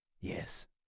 Yes